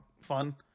fun